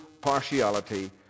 partiality